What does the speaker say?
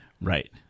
Right